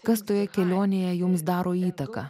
kas toje kelionėje jums daro įtaką